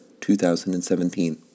2017